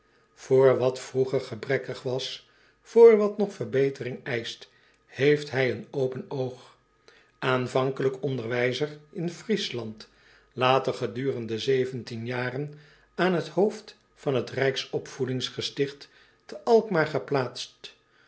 voor wat vroeger gebrekkig was voor wat nog verbetering eischt heeft hij een open oog aanvankelijk onderwijzer in friesland later gedurende zeventien jaren aan het hoofd van het rijksopvoedingsgesticht te alkmaar geplaatst